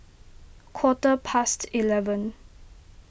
quarter past eleven